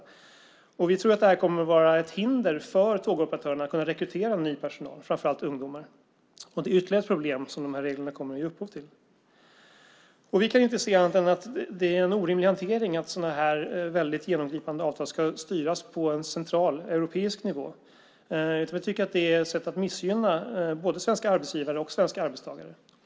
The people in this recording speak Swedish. Vi tror alltså att detta kommer att utgöra ett hinder för tågoperatörerna när de ska rekrytera ny personal, framför allt ungdomar, och det är alltså ytterligare ett problem som de här reglerna kommer att ge upphov till. Vi kan inte se annat än att det är en orimlig hantering att sådana här väldigt genomgripande avtal ska styras på en central europeisk nivå. Vi tycker att det är ett sätt att missgynna både svenska arbetsgivare och svenska arbetstagare.